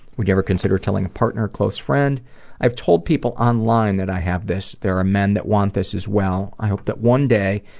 would you ever consider telling a partner or close friend i've told people on-line that i have this. there are men that want this as well. i hope that one day